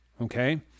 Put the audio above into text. okay